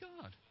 God